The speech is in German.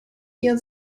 ihr